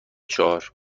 چهار